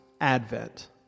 Advent